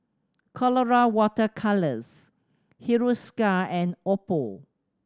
Colora Water Colours Hiruscar and Oppo